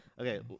Okay